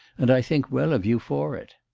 and i think well of you for it.